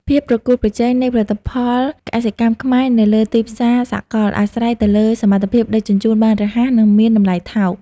ភាពប្រកួតប្រជែងនៃផលិតផលកសិកម្មខ្មែរនៅលើទីផ្សារសកល អាស្រ័យទៅលើសមត្ថភាពដឹកជញ្ជូនបានរហ័ស និងមានតម្លៃថោក។